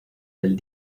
del